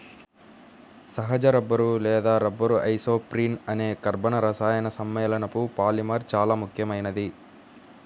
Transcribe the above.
సహజ రబ్బరు లేదా rubber isoprene అనే కర్బన రసాయన సమ్మేళనపు పాలిమర్ చాలా ముఖ్యమైనది